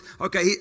Okay